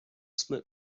split